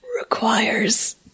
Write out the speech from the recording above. requires